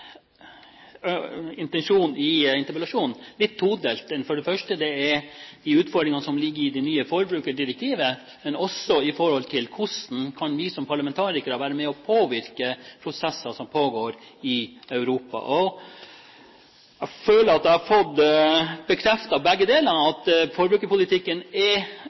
interpellasjonen litt todelt. Det første er de utfordringene som ligger i det nye forbrukerdirektivet, og det andre er hvordan vi som parlamentarikere kan være med på å påvirke prosesser som pågår i Europa. Jeg føler at jeg har fått bekreftet begge deler, at forbrukerpolitikken er